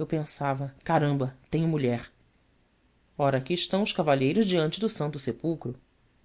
eu pensava caramba tenho mulher ora aqui estão os cavalheiros diante do santo sepulcro